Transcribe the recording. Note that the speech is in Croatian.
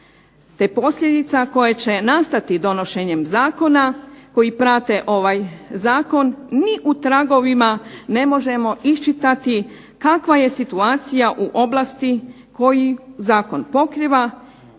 te posljedica koje će nastati donošenjem zakona koji prate ovaj zakon ni u tragovima ni u tragovima ne možemo iščitati kakva je situacija u oblasti koji zakon pokriva,